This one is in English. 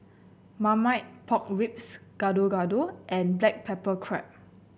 Marmite Pork Ribs Gado Gado and Black Pepper Crab